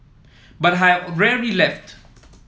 but have rarely left